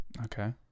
okay